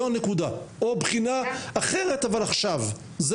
זו הנקודה, או בחינה אחרת אבל עכשיו.